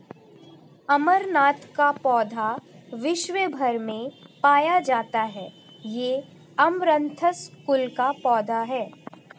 अमरनाथ का पौधा विश्व् भर में पाया जाता है ये अमरंथस कुल का पौधा है